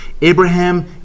Abraham